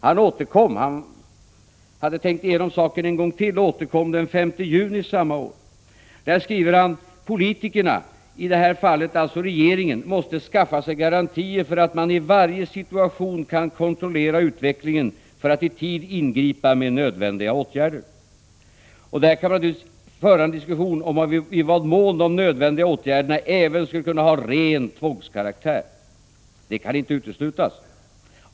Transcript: Nils Åsling hade tänkt igenom saken en gång till och återkom den 5 juni samma år. Då skrev han: Politikerna — i det här fallet alltså regeringen — måste skaffa sig garantier för att man i varje situation kan kontrollera utvecklingen för att i tid ingripa med nödvändiga åtgärder. Man kan naturligtvis föra en diskussion om i vad mån de nödvändiga åtgärderna även skulle kunna ha ren tvångskaraktär. Det kan inte uteslutas.